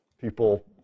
people